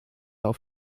auf